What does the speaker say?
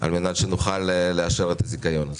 כדי שנוכל לאשר את הזיכיון.